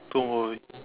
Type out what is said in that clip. two movie